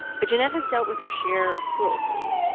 but jennet has dealt with her share of cruelty.